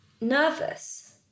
nervous